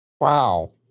Wow